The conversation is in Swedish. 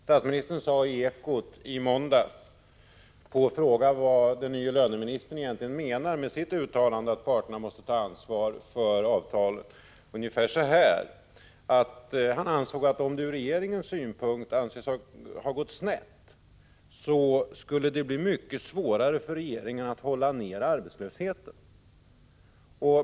Statsministern svarade i Ekot i måndags, på frågan vad den nye löneministern egentligen menar med sitt uttalande att parterna måste ta ansvar för avtalen, ungefär så här: Om det ur regeringens synpunkt ansågs ha gått snett skulle det bli mycket svårare för regeringen att hålla nere arbetslösheten.